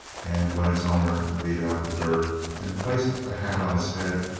and when its owner beat out the dirt and placed the hat on his head,